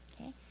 okay